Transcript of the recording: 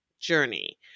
journey